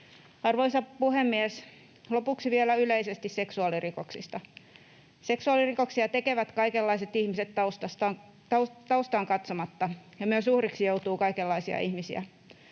Arvoisa puhemies! Lopuksi vielä yleisesti seksuaalirikoksista: Seksuaalirikoksia tekevät kaikenlaiset ihmiset taustaan katsomatta, ja myös uhriksi joutuu kaikenlaisia ihmisiä.